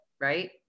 right